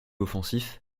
offensif